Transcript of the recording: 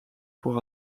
pour